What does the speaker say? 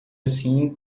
assim